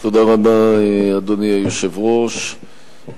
אדוני היושב-ראש,